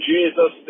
Jesus